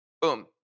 boom